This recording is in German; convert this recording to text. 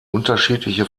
unterschiedliche